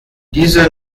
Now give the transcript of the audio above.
diese